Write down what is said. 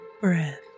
breath